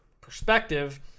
perspective